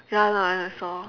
ya lah I saw